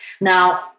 Now